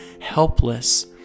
helpless